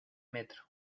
metro